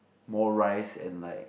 more rice and like